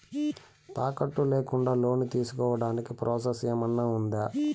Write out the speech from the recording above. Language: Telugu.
తాకట్టు లేకుండా లోను తీసుకోడానికి ప్రాసెస్ ఏమన్నా ఉందా?